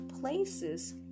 places